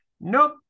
nope